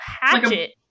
hatchet